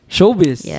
Showbiz